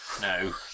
No